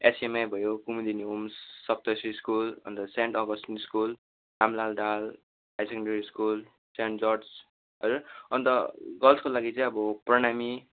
SUMI भयो Kumudini Homes Saptashree school and Saint Augustine school Ramlal Dahal high secondary school Saint George हजर and गर्ल्सको लागि चाहिँ अब प्रणामी